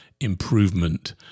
improvement